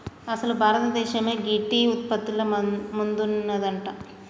అసలు భారతదేసమే గీ టీ ఉత్పత్తిల ముందున్నదంట